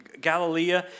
Galilee